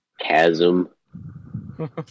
chasm